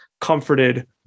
comforted